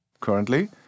currently